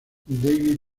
david